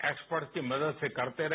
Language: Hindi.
एक्सपर्ट की मदद से करते रहे